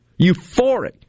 euphoric